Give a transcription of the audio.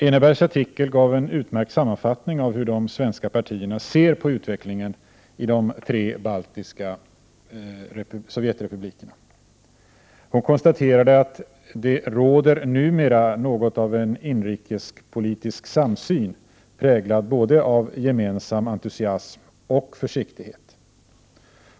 Enebergs artikel gav en utmärkt sammanfattning av hur de svenska partierna ser på utvecklingen i de tre baltiska Sovjetrepublikerna. Hon konstaterade att det ”råder numera något av en inrikespolitisk samsyn, präglad både av gemensam entusiasm och försiktighet”.